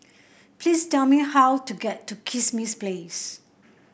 please tell me how to get to Kismis Place